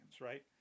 right